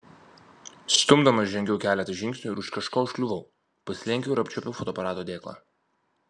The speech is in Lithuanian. stumdoma žengiau keletą žingsnių ir už kažko užkliuvau pasilenkiau ir apčiuopiau fotoaparato dėklą